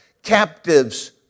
Captives